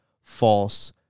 false